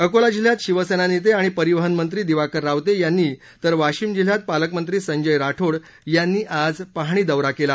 अकोला जिल्ह्यात शिवसेना नेते आणि परिवहन मंत्री दिवाकर रावते यांनी तर वाशिम जिल्ह्यात पालकमंत्री संजय राठोड यांनी आज पाहणी दौरा केला